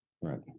Right